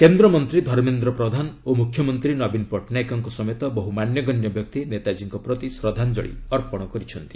କେନ୍ଦ୍ରମନ୍ତ୍ର ପ୍ରଧାନ ଓ ମୁଖ୍ୟମନ୍ତ୍ରୀ ନବୀନ ପଟ୍ଟନାୟକଙ୍କ ସମେତ ବହୁ ମାନ୍ୟଗଣ୍ୟ ବ୍ୟକ୍ତି ନେତାଜୀଙ୍କ ପ୍ରତି ଶ୍ରଦ୍ଧାଞ୍ଜଳି ଅର୍ପଣ କରିଛନ୍ତି